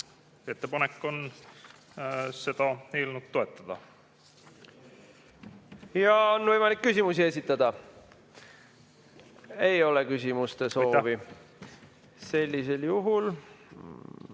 Ettepanek on seda eelnõu toetada. Aitäh! On võimalik küsimusi esitada. Ei ole küsimuste soovi. Sellisel juhul